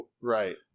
Right